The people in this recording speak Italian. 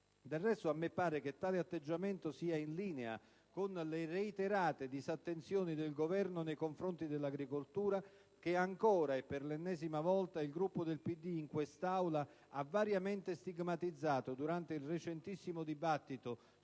Del resto, a me pare che tale atteggiamento sia in linea con le reiterate disattenzioni del Governo nei confronti dell'agricoltura, che ancora e per l'ennesima volta il Gruppo del PD in quest'Aula ha variamente stigmatizzato durante il recentissimo dibattito